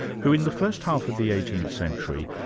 who in the first half of the eighteenth century,